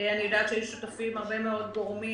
ואני יודעת שהיו שותפים לה הרבה מאוד גורמים,